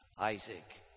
Isaac